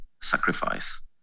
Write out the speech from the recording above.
sacrifice